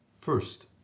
First